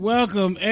Welcome